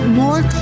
more